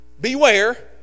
beware